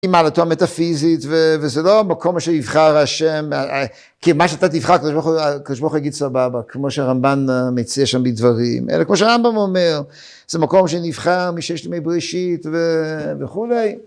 אם על התואם מטאפיזית, וזה לא מקום שנבחר השם, כי מה שאתה תבחר, כשבוך יגיד סבבה, כמו שרמבן מציע שם בדברים, אלא כמו שרמבן אומר, זה מקום שנבחר משישת מברישית וכולי.